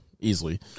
easily